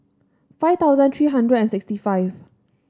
five thousand three hundred and sixty five